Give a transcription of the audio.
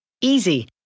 Easy